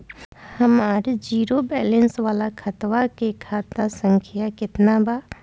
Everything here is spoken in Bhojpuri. हमार जीरो बैलेंस वाला खतवा के खाता संख्या केतना बा?